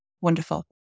wonderful